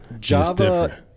Java